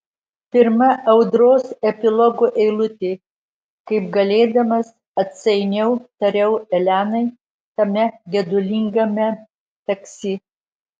pirma audros epilogo eilutė kaip galėdamas atsainiau tariau elenai tame gedulingame taksi